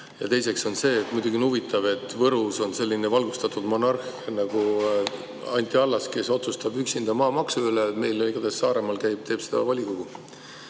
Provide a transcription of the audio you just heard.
Ja teiseks on see. Muidugi on huvitav, et Võrus on selline valgustatud monarh nagu Anti Allas, kes otsustab üksinda maamaksu üle. Meil Saaremaal teeb seda volikogu.